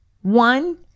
One